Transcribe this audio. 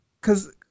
Cause